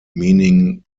meaning